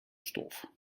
stof